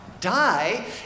Die